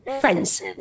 Friends